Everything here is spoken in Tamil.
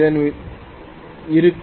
இதன் விளைவாக இருக்கும்